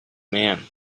man